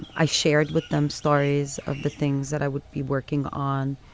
i shared with them stories of the things that i would be working on.